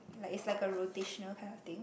like it's like a rotational kind of thing